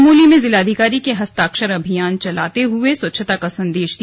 चमोली में जिलाधिकारी ने हस्ताक्षर अभियान चलाते हुए स्वच्छता का संदेश दिया